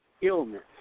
illness